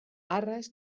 arras